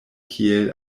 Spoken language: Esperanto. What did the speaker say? kiel